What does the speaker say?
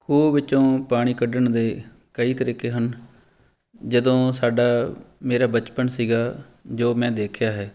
ਖੂਹ ਵਿੱਚੋਂ ਪਾਣੀ ਕੱਢਣ ਦੇ ਕਈ ਤਰੀਕੇ ਹਨ ਜਦੋਂ ਸਾਡਾ ਮੇਰਾ ਬਚਪਨ ਸੀਗਾ ਜੋ ਮੈਂ ਦੇਖਿਆ ਹੈ